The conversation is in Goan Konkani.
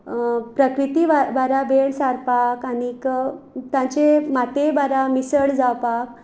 प्रक्रिती वा वाऱ्या बेळ सारपाक आनीक तांचे मातये बारा आमी मिसळ जावपाक